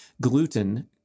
gluten